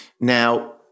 Now